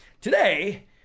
today